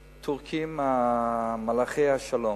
הטורקים, מלחי השלום,